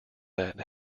that